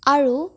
আৰু